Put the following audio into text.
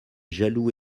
jaloux